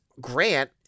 Grant